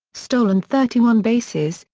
stolen thirty one bases,